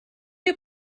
dyw